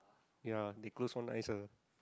ya they close one eyes ah